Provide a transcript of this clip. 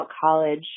college